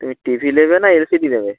তুমি T V নেবে না এল সি ডি নেবে